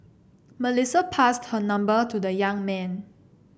Melissa passed her number to the young man